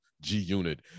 g-unit